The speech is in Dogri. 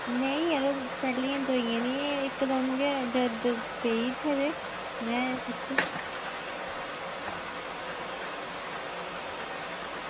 नेईं यरो एह् पैह्लें दियां दोआइयां निं इक दम गै दर्द पेई इत्थें ते में